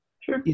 Sure